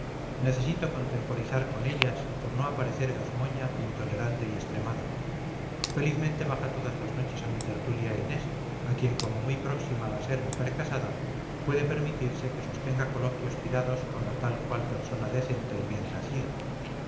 necesito contemporizar con ellas por no aparecer gazmoña intolerante y extremada felizmente baja todas las noches a mi tertulia inés a quien como muy próxima a ser mujer casada puede permitirse que sostenga coloquios tirados con tal cual persona decente y bien nacida